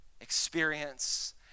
experience